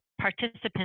participants